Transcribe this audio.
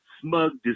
smug